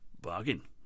bargain